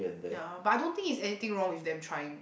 ya but I don't think is anything wrong with them trying